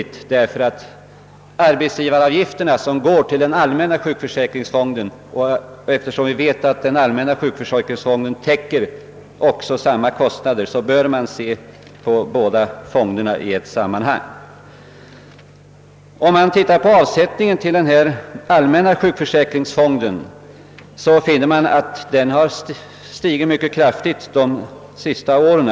Eftersom 19/55 av arbetsgivaravgifterna skall täcka samma kostnader i sjukförsäkringen som de anställdas egenavgifter bör man behandla båda fonderna i ett sammanhang. Avsättningarna till den allmänna sjukförsäkringsfonden har stigit mycket kraftigt under de senaste åren.